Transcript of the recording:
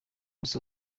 gusoza